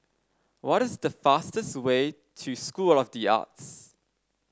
what is the fastest way to School of the Arts